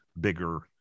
bigger